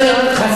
חבר הכנסת חסון.